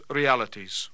realities